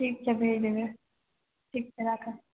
ठीक छै भेज दबै ठीक छै राखऽ